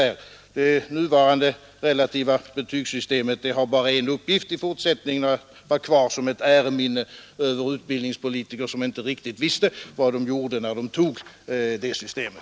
Det nuvarande relativa betygssystemet har bara en uppgift i fortsättningen: att vara kvar som ett äreminne över utbildningspolitiker som inte riktigt visste vad de gjorde när de tog det.